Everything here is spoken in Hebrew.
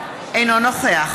אינו נוכח